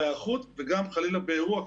בהיערכות וגם חלילה באירוע,